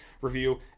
review